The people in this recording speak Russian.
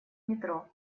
метро